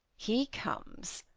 he comes,